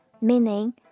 meaning